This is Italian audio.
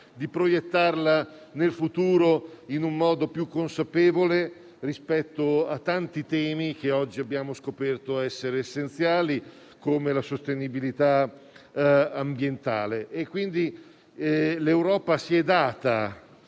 di proiettarla nel futuro in un modo più consapevole rispetto a tanti temi che oggi abbiamo scoperto essere essenziali, come la sostenibilità ambientale. L'Europa si è data,